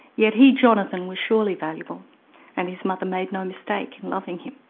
yet he, jonathan was surely valuable and his mother made no mistake in loving him.